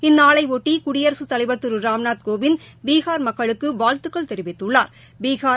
இந்நாளையொட்டிகுடியரகத் தலைவர் திருராம்நாத் கோவிந்த் பீகார் மக்களுக்குவாழத்துக்கள் தெரிவித்துள்ளார்